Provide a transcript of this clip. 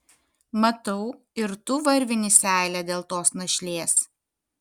matau ir tu varvini seilę dėl tos našlės